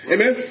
Amen